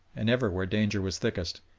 and ever where danger was thickest,